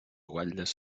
guatlles